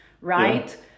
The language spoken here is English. right